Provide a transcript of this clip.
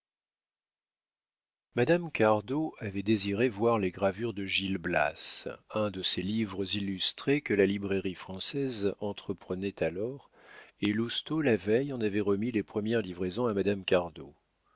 madame cardot avait désiré voir les gravures de gil blas un de ces livres illustrés que la librairie française entreprenait alors et lousteau la veille en avait remis les premières livraisons à madame cardot